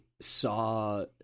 saw